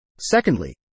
Secondly